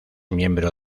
miembro